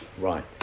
right